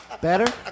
Better